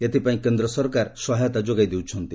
ଏଥିପାଇଁ କେନ୍ଦ୍ର ସରକାର ସହାୟତା ଯୋଗାଇ ଦେଉଛନ୍ତି